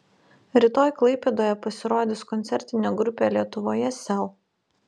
rytoj klaipėdoje pasirodys koncertinė grupė lietuvoje sel